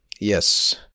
Yes